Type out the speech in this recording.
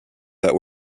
that